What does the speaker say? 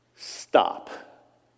Stop